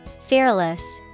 Fearless